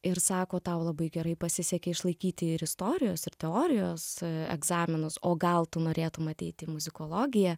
ir sako tau labai gerai pasisekė išlaikyti ir istorijos ir teorijos egzaminus o gal tu norėtum ateiti į muzikologiją